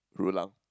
Rulang